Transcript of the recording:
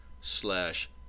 slash